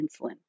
insulin